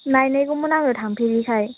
नायनायगौमोन आङो थांफेरैखाय